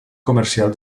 comercial